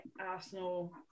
Arsenal